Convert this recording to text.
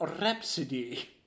Rhapsody